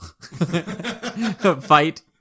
fight